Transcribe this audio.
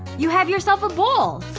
you have yourself a bowl!